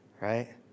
right